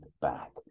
back